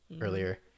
earlier